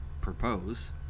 propose